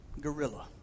gorilla